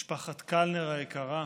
משפחת קלנר היקרה,